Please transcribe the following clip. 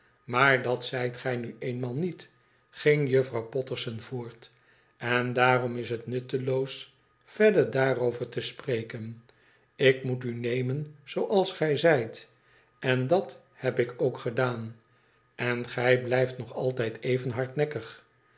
maar dat zijt gij nu eenmaal niet ging juffrouw potterson voort en daarom is het nutteloos verder daarover te spreken ik moet u nemen zooals gij zijt n dat heb ik ook gedaan en gij blijft nog altijd even hardnekkig